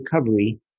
recovery